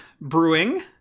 Brewing